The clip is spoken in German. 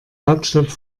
hauptstadt